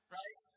right